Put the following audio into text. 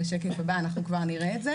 בשקף הבא אנחנו נראה את זה.